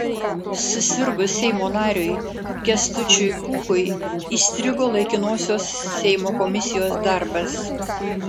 susirgus seimo nariui kęstučiui pūkui įstrigo laikinosios seimo komisijos darbas